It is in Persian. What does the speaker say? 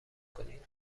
کنید